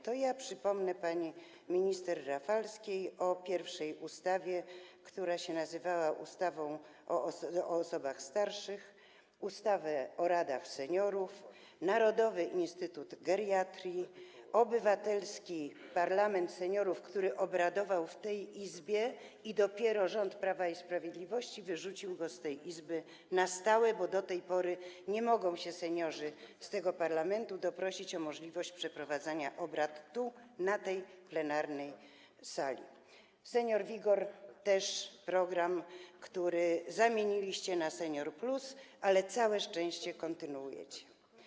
To ja przypomnę pani minister Rafalskiej o pierwszej ustawie, która nazywała się ustawą o osobach starszych, przypomnę ustawę o radach seniorów, narodowy instytut geriatrii, Obywatelski Parlament Seniorów, który obradował w tej Izbie i dopiero rząd Prawa i Sprawiedliwości wyrzucił go z tej Izby na stałe, bo do tej pory seniorzy z tego parlamentu nie mogą się doprosić o możliwość przeprowadzania obrad tu, na tej sali plenarnej, „Senior - WIGOR”, program, który zamieniliście na „Senior+”, ale całe szczęście, że go kontynuujecie.